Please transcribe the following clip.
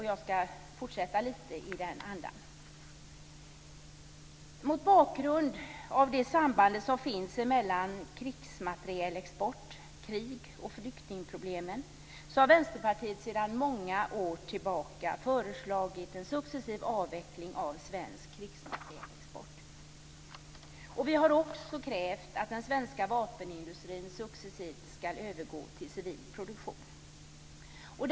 Jag skall fortsätta lite i den andan. Mot bakgrund av det samband som finns mellan krigsmaterielexport, krig och flyktingproblem har Vänsterpartiet sedan många år tillbaka förslagit en successiv avveckling av svensk krigsmaterielexport. Vi har också krävt att den svenska vapenindustrin successivt skall övergå till civil produktion.